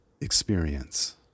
experience